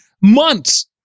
months